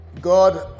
God